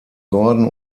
gordon